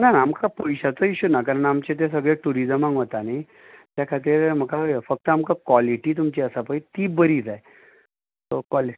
ना ना आमकां पयशांचो इशू ना कारण आमचे ते सगळे टुरीजमाक वता न्ही त्याखातीर म्हाका जाय फक्त आमकां कोलीटी तुमची आसा पळय ती बरी जाय सो कोलीटी